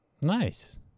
nice